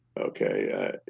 Okay